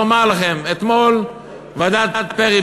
לומר לכם: אתמול ועדת פרי,